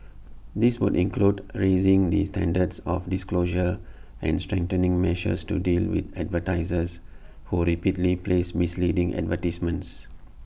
this would include raising the standards of disclosure and strengthening measures to deal with advertisers who repeatedly place misleading advertisements